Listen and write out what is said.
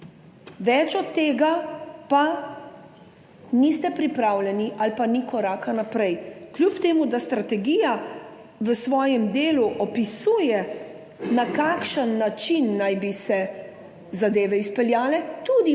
več od tega pa niste pripravljeni ali pa ni koraka naprej, kljub temu da strategija v svojem delu opisuje, na kakšen način naj bi se zadeve izpeljale, tudi v osnovnih šolah,